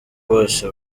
bwose